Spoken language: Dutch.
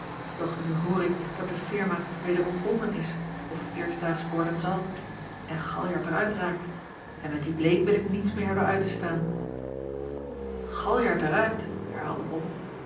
doch nu hoor ik dat de firma weder ontbonden is of eerstdaags worden zal en galjart er uit raakt en met dien bleek wil ik niets meer hebben uit te staan galjart er uit herhaalde bol